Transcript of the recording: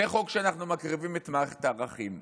זה חוק שבאמצעותו אנחנו מקריבים את מערכת הערכים.